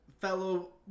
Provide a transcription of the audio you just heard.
fellow